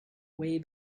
way